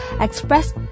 Express